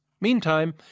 Meantime